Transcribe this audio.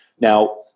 Now